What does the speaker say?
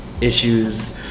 issues